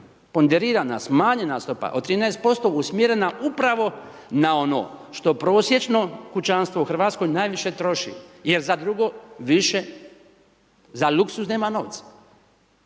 ponderirana, smanjena stopa od 13% usmjerena upravo na ono što prosječno kućanstvo u Hrvatskoj najviše troši, jer za drugo više za luksuz nema novca.